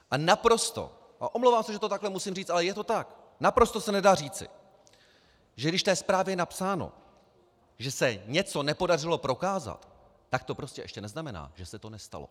A naprosto a omlouvám se, že to tak musím říci, ale je to tak naprosto se nedá říci, že když v té zprávě je napsáno, že se něco nepodařilo prokázat, tak to prostě ještě neznamená, že se to nestalo.